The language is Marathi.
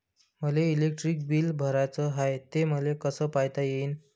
मले इलेक्ट्रिक बिल भराचं हाय, ते मले कस पायता येईन?